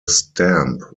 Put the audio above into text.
stamp